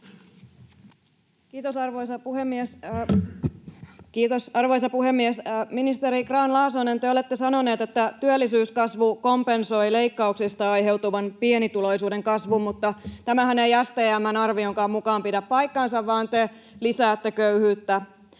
Kiitos, arvoisa puhemies! Ministeri Grahn-Laasonen, te olette sanonut, että työllisyyskasvu kompensoi leikkauksista aiheutuvan pienituloisuuden kasvun, mutta tämähän ei STM:n arvionkaan mukaan pidä paikkaansa, vaan te lisäätte köyhyyttä.